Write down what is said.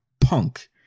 punk